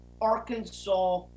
Arkansas